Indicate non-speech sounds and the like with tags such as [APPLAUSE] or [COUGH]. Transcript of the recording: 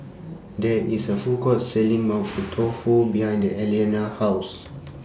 [NOISE] There IS A Food Court Selling Mapo Tofu behind Aliana's House